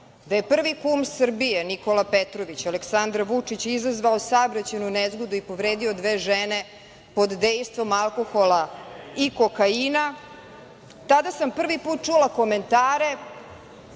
da je prvi kum Srbije Nikola Petrović, Aleksandra Vučića, izazvao saobraćajnu nezgodu i povredio dve žene pod dejstvom alkohola i kokaina, tada sam prvi put čula komentare,